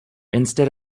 instead